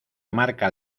marca